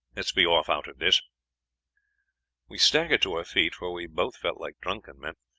let's be off out of this we staggered to our feet, for we both felt like drunken men,